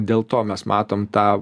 dėl to mes matom tą